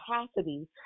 capacity